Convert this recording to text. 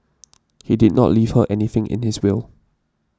he did not leave her anything in his will